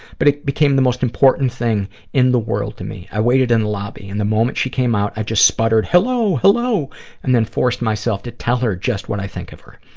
but it became the most important thing in the world to me. i waited in the lobby, and the moment she came out, i just sputtered, hello, hello and then forced myself to tell her just what i think of her.